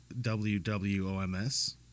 wwoms